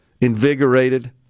invigorated